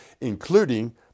including